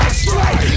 straight